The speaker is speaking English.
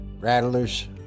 rattlers